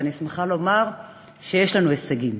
ואני שמחה לומר שיש לנו הישגים,